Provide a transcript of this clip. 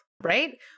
right